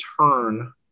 turn